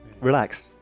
Relax